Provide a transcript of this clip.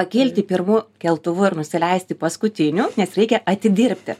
pakilti pirmu keltuvu ir nusileisti paskutiniu nes reikia atidirbti